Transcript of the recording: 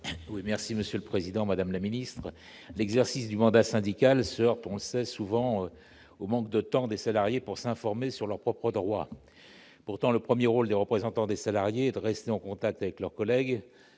libellé : La parole est à M. Christian Favier. L'exercice du mandat syndical se heurte souvent, on le sait, au manque de temps des salariés pour s'informer sur leurs propres droits. Pourtant, le premier rôle des représentants des salariés est de rester en contact avec leurs collègues